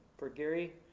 for gary.